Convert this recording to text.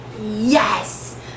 yes